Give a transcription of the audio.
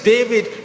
David